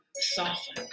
Soften